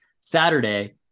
Saturday